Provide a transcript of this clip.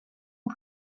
ans